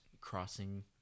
crossing